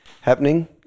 happening